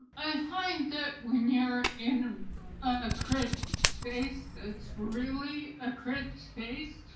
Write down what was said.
i find that when you're in a crip space that's really a crip space,